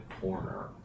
corner